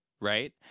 right